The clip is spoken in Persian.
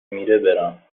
میره، برم